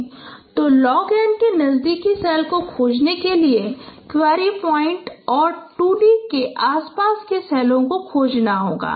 Olog N 2d where d is the dimension of the feature space तो log के नजदीकी cell को खोजने के लिए क्वेरी पॉइंट और 2𝑑 के आसपास सेल को खोजना होगा